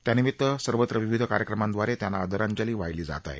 त्यानिमित्त सर्वत्र विविध कार्यक्रमांड्रारे त्यांना आदरांजली वाहिली जात आहे